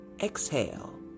Exhale